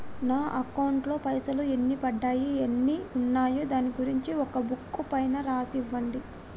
నా అకౌంట్ లో పైసలు ఎన్ని పడ్డాయి ఎన్ని ఉన్నాయో దాని గురించి ఒక బుక్కు పైన రాసి ఇవ్వండి?